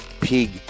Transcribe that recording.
pig